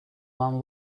man